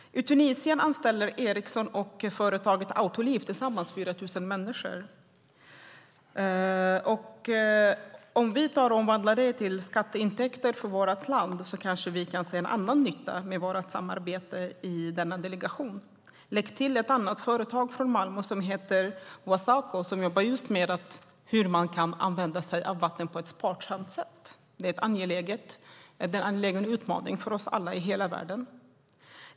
I Tunisien anställer Ericsson och företaget Autoliv tillsammans 4 000 människor. Om vi översätter det till skatteintäkter för vårt land kanske vi kan se en annan nytta med vårt samarbete i denna delegation. Lägg till ett annat företag från Malmö som heter Wasaco och som jobbar med hur man kan använda sig av vatten på ett sparsamt sätt. Det är en angelägen utmaning för alla i hela världen.